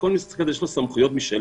לכל משרד כזה יש סמכויות משלו.